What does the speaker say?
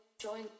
join